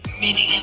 Meeting